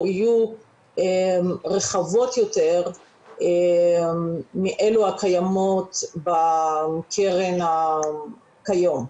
יהיו רחבות יותר מאלו הקיימות בקרן כיום,